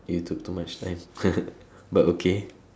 you took too much time but okay